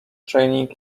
training